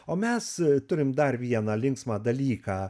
o mes turim dar vieną linksmą dalyką